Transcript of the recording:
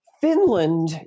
Finland